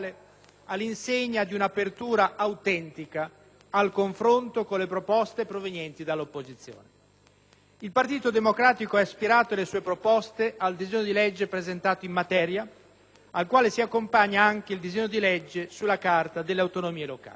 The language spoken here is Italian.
all'insegna di un'apertura autentica al confronto con le proposte avanzate dall'opposizione. Il Partito Democratico ha ispirato le sue proposte al disegno di legge presentato in materia, al quale si accompagna anche il disegno di legge sulla Carta delle autonomie locali.